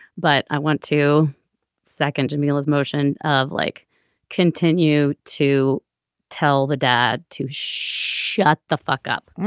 but i want to second jamal's motion of like continue to tell the dad to shut shut the fuck up